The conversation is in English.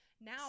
now